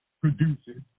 produces